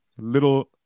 little